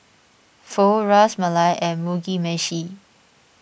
Pho Ras Malai and Mugi Meshi